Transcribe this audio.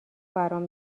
برام